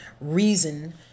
reason